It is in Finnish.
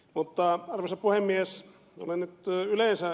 mutta arvoisa puhemies olen yleensä ed